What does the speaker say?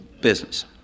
business